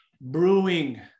brewing